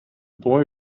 boy